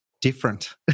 different